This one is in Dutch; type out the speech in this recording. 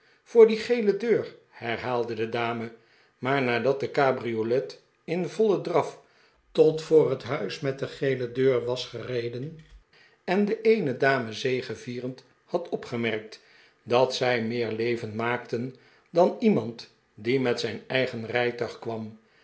voor die gele deur herhaalde de dame maar nadat de cabriolet in vollen draf tot voor het huis met de gele deur was gereden en de eene dame zegevierend had opgemerkt dat zij meer leven maakten dan iemand die met zijn eigen rijtuig kwam